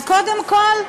אז קודם כול,